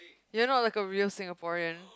you're not like a real Singaporean